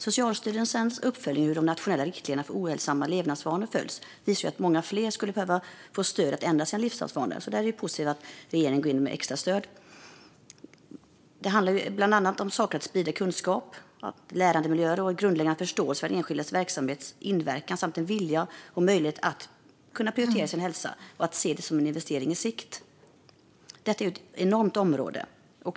Socialstyrelsens uppföljning av hur de nationella riktlinjerna för hälsosamma levnadsvanor följs visar att många fler skulle behöva få stöd i att ändra sina levnadsvanor. Det är positivt att regeringen går in med extra stöd. Det handlar bland annat om att sprida kunskap och att skapa lärandemiljöer och en grundläggande förståelse för enskilda verksamheters inverkan, samt om en vilja och möjlighet att prioritera sin hälsa och se det som en investering på sikt. Detta är ett enormt område.